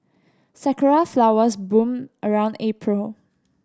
sakura flowers bloom around April